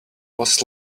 was